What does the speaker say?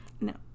No